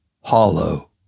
Hollow